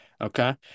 Okay